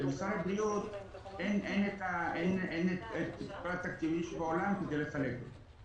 ולמשרד הבריאות אין את כל התקציבים שבעולם כדי לחלק.